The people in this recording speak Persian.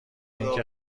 اینکه